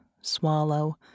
swallow